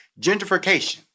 gentrification